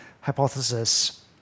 hypothesis